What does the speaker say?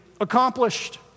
accomplished